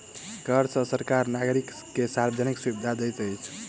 कर सॅ सरकार नागरिक के सार्वजानिक सुविधा दैत अछि